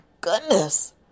goodness